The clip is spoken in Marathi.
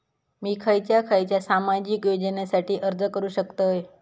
मी खयच्या खयच्या सामाजिक योजनेसाठी अर्ज करू शकतय?